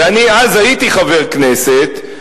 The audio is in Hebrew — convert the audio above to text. ואז הייתי חבר כנסת,